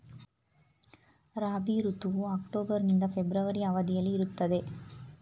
ರಾಬಿ ಋತುವು ಅಕ್ಟೋಬರ್ ನಿಂದ ಫೆಬ್ರವರಿ ಅವಧಿಯಲ್ಲಿ ಇರುತ್ತದೆ